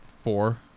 four